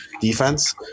defense